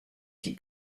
die